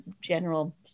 general